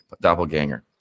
doppelganger